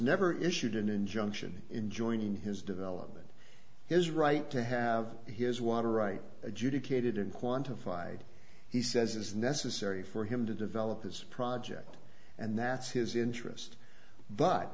never issued an injunction in joining his development his right to have his water right adjudicated in quantified he says is necessary for him to develop this project and that's his interest but